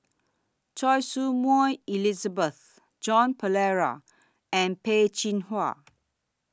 Choy Su Moi Elizabeth Joan Pereira and Peh Chin Hua